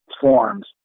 forms